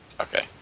Okay